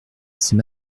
c’est